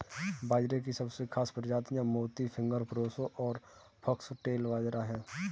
बाजरे की सबसे खास प्रजातियाँ मोती, फिंगर, प्रोसो और फोक्सटेल बाजरा है